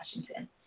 Washington